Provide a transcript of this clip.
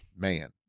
Man